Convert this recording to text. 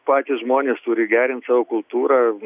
patys žmonės turi gerint savo kultūrą